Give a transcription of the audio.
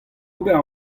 ober